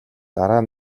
дараа